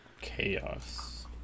Chaos